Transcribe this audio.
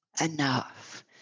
enough